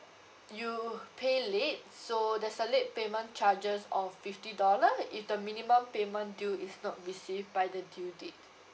you pay late so there's a late payment charges of fifty dollars if the minimum payment due is not receive by the due date